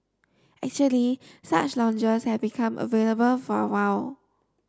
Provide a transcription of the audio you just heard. actually such lounges have been available for a while